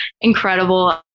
incredible